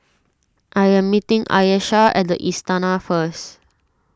I am meeting Ayesha at the Istana first